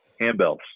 handbells